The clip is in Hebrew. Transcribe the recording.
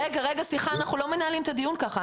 אנחנו לא מנהלים את הדיון ככה.